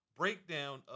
breakdown